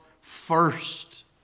first